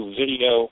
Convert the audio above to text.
video